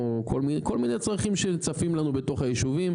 או כל מיני צרכים שצפים לנו בתוך היישובים.